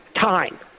time